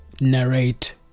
narrate